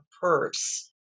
purse